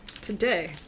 today